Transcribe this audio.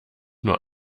nur